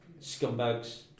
scumbags